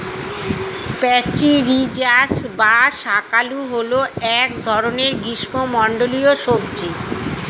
প্যাচিরিজাস বা শাঁকালু হল এক ধরনের গ্রীষ্মমণ্ডলীয় সবজি